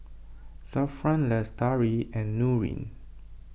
Zafran Lestari and Nurin